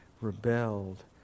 rebelled